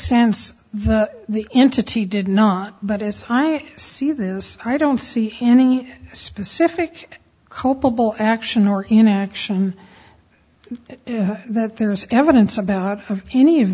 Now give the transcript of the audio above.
sense the entity did not but as high as i see this i don't see any specific culpable action or inaction that there is evidence about any of